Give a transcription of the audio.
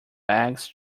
eggs